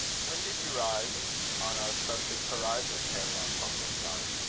when did you rise on our sussex horizon, herr von funkelstein?